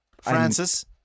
Francis